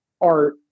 art